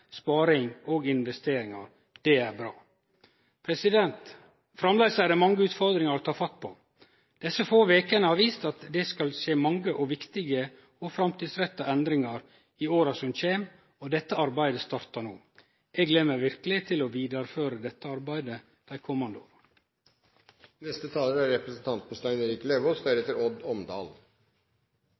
sparing og investeringar. Det er bra. Framleis er det mange utfordringar å ta fatt på. Desse få vekene har vist at det skal skje mange viktige og framtidsretta endringar i åra som kjem, og dette arbeidet startar no. Eg gler meg verkeleg til å vidareføre dette arbeidet dei komande